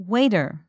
Waiter